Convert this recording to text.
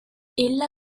ella